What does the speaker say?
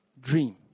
dream